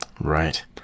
Right